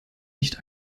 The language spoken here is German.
nicht